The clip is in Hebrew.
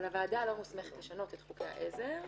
אבל הוועדה לא מוסמכת לשנות את חוקי העזר,